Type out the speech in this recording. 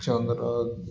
ଚନ୍ଦ୍ର